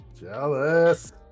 Jealous